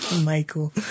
Michael